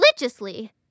religiously